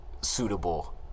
suitable